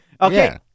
Okay